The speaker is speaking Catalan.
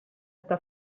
està